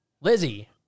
Lizzie